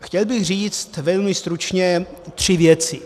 Chtěl bych říct velmi stručně tři věci.